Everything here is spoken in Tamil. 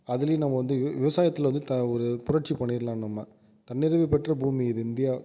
அதுலேயும் நம்ம வந்து விவசாயத்தில் வந்து த ஒரு புரட்சி பண்ணிரலாம் நம்ம தன்னிறைவு பெற்ற பூமி இது இந்தியா